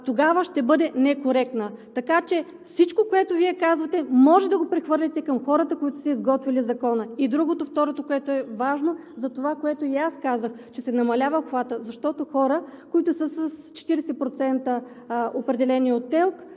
тогава ще бъде некоректна. Така че всичко, което Вие казвате, може да го прехвърлите към хората, които са изготвили Закона. И второто, което е важно – за това, което и аз казах – че се намалява обхватът, защото на хора, които са с 40% определение от ТЕЛК,